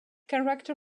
character